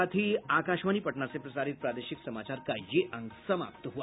इसके साथ ही आकाशवाणी पटना से प्रसारित प्रादेशिक समाचार का ये अंक समाप्त हुआ